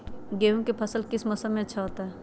गेंहू का फसल किस मौसम में अच्छा होता है?